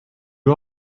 you